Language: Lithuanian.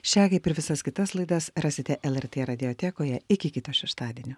šią kaip ir visas kitas laidas rasite lrt radiotekoje iki kito šeštadienio